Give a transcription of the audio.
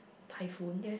typhoons